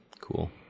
Cool